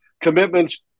commitments